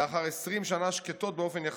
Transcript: לאחר 20 שנה שקטות באופן יחסי.